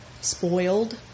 spoiled